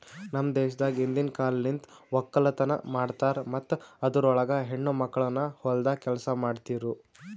ನಮ್ ದೇಶದಾಗ್ ಹಿಂದಿನ್ ಕಾಲಲಿಂತ್ ಒಕ್ಕಲತನ ಮಾಡ್ತಾರ್ ಮತ್ತ ಅದುರ್ ಒಳಗ ಹೆಣ್ಣ ಮಕ್ಕಳನು ಹೊಲ್ದಾಗ್ ಕೆಲಸ ಮಾಡ್ತಿರೂ